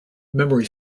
memory